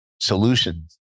solutions